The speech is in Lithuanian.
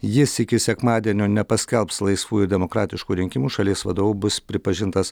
jis iki sekmadienio nepaskelbs laisvų demokratiškų rinkimų šalies vadovu bus pripažintas